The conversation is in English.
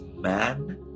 man